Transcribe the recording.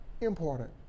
important